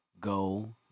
go